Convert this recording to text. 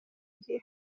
dieu